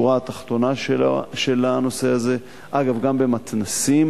השורה התחתונה של הנושא הזה, אגב, גם במתנ"סים,